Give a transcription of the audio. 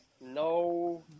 no